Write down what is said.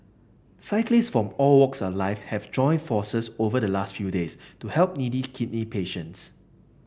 cyclist from all walks of life have joined forces over the last few days to help needy kidney patients